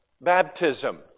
baptism